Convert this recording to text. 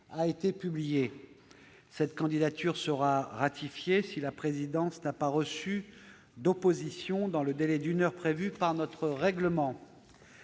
a été publiée. Cette candidature sera ratifiée si la présidence n'a pas reçu d'opposition dans le délai d'une heure prévu par notre règlement.